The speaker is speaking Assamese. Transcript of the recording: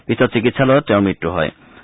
পিছত চিকিৎসালয়ত তেওঁৰ মৃত্যু ঘটে